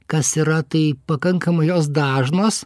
kas yra tai pakankamai jos dažnos